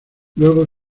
luego